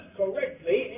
correctly